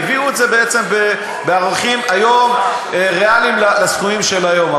הביאו את זה בעצם בערכים ריאליים לסכומים של היום.